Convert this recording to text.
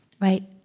right